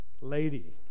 lady